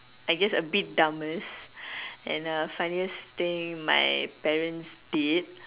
I guess a bit dumbest and the funniest thing my parents did